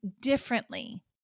differently